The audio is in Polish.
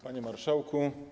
Panie Marszałku!